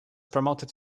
promoted